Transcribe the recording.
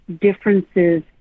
differences